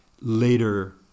later